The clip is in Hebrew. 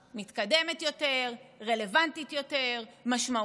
מתקדמת יותר, רלוונטית יותר, משמעותית יותר,